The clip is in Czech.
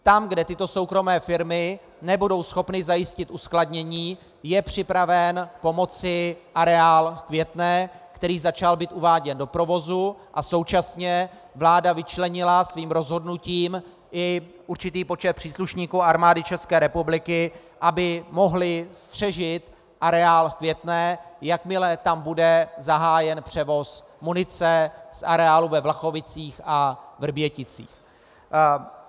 Tam, kde tyto soukromé firmy nebudou schopny zajistit uskladnění, je připraven pomoci areál v Květné, který začal být uváděn do provozu, a současně vláda vyčlenila svým rozhodnutím i určitý počet příslušníků armády České republiky, aby mohli střežit areál v Květné, jakmile tam bude zahájen převoz munice z areálu ve Vlachovicích a Vrběticích.